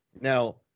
Now